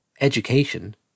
Education